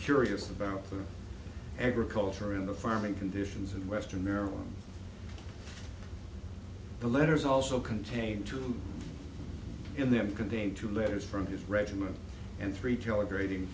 curious about agriculture and the farming conditions in western maryland the letters also contained in them contain two letters from his regiment and three tailor grading